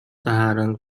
таһааран